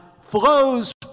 flows